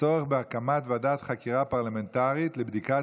צורך בהקמת ועדת חקירה פרלמנטרית לבדיקת